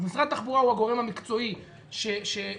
אז משרד התחבורה הוא הגורם המקצועי שיהיה